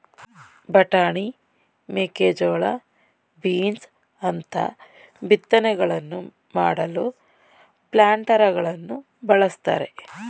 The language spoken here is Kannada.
ಬಟಾಣಿ, ಮೇಕೆಜೋಳ, ಬೀನ್ಸ್ ಅಂತ ಬಿತ್ತನೆಗಳನ್ನು ಮಾಡಲು ಪ್ಲಾಂಟರಗಳನ್ನು ಬಳ್ಸತ್ತರೆ